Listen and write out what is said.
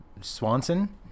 Swanson